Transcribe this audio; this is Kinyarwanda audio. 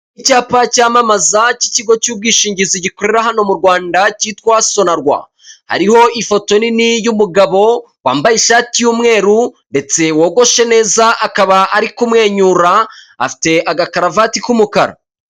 Icyapa cyamamaza cy'ikigo cy'ubwishingizi gikorera hano m'u rwanda cyitwa sonarwa hariho ifoto nini y'umugabo wambaye ishati y'umweru ndetse wogoshe neza akaba ari kumwenyura afite aga karuvati k'umukara.